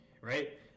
Right